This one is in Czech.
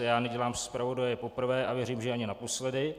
Já nedělám zpravodaje poprvé a věřím, že ani naposledy.